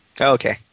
Okay